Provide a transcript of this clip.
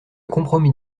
compromis